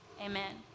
amen